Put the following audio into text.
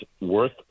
worth